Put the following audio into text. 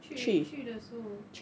去去的时候